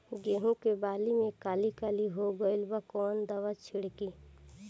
गेहूं के बाली में काली काली हो गइल बा कवन दावा छिड़कि?